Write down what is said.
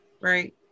Right